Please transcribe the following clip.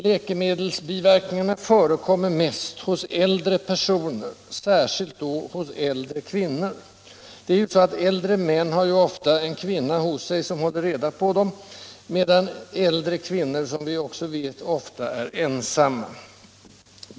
Läkemedelsbiverkningarna förekommer mest bland äldre personer, särskilt då bland äldre kvinnor. Det är ju så att äldre män ofta har en kvinna hos sig som håller reda på dem, medan äldre kvinnor ofta är ensamma.